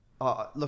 Look